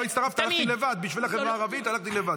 לא הצטרפת בשביל החברה הערבית, הלכתי לבד.